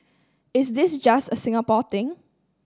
is this just a Singapore thing